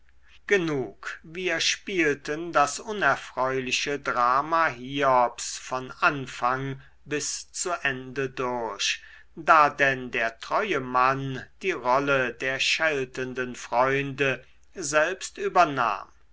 genug wir spielten das unerfreuliche drama hiobs von anfang bis zu ende durch da denn der treue mann die rolle der scheltenden freunde selbst übernahm